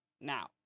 Now